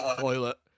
toilet